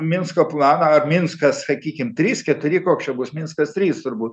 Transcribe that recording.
minsko planą ar minskas sakykim trys keturi koks čia bus minskas trys turbūt